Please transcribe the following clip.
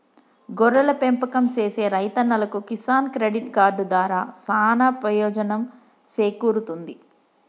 గొర్రెల పెంపకం సేసే రైతన్నలకు కిసాన్ క్రెడిట్ కార్డు దారా సానా పెయోజనం సేకూరుతుంది